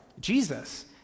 Jesus